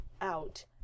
out